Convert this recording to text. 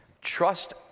Trust